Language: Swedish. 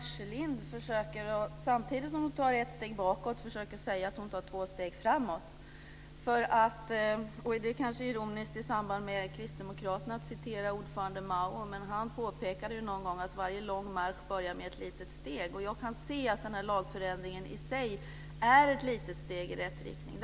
Herr talman! Jag säger att Ragnwi Marcelind samtidigt som hon tar ett steg bakåt försöker säga att hon tar två steg framåt. Det kanske är ironiskt att citera ordförande Mao i samband med Kristdemokraterna, man han påpekade någon gång att varje lång marsch börjar med ett litet steg. Jag kan se att den här lagförändringen i sig är ett litet steg i rätt riktning.